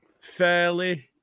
fairly